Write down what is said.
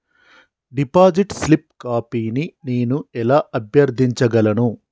Deposit slip కాపీని నేను ఎలా అభ్యర్థించగలను?